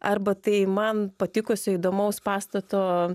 arba tai man patikusio įdomaus pastato